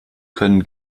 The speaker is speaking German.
können